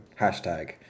hashtag